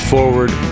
Forward